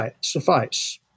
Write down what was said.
suffice